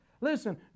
Listen